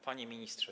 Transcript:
Panie Ministrze!